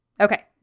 Okay